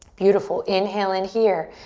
beautiful, inhale in here.